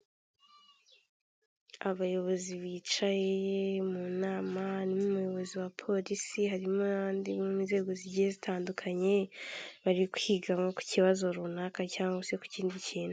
Abayobozi bicaye mu nama n'umuyobozi wa polisi harimo n'abandi bo mu nzego zigiye zitandukanye bari kwiga ku kibazo runaka cyangwa se ku kindi kintu .